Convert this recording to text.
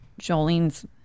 Jolene's